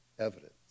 evidence